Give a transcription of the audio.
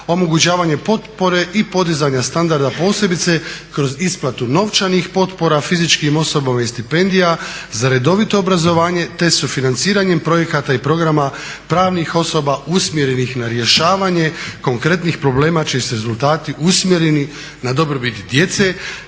omogućavanje potpore i podizanje standarda posebice kroz isplatu novčanih potpora fizičkim osobama i stipendija za redovito obrazovanje, te sufinanciranjem projekta i programa pravnih osoba usmjerenih na rješavanje konkretnih problema čiji su rezultati usmjereni na dobrobit djece,